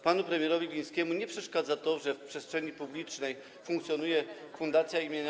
Panu premierowi Glińskiemu nie przeszkadza to, że w przestrzeni publicznej funkcjonuje Fundacja im.